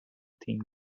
thing